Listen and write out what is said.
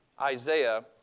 Isaiah